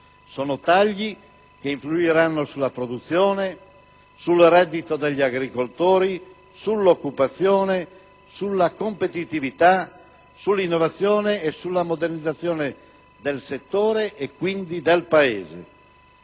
di tagli che influiranno sulla produzione, sul reddito degli agricoltori, sull'occupazione, sulla competitività, sull'innovazione e sulla modernizzazione del settore e, quindi, del Paese.